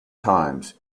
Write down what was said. times